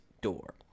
door